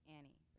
Annie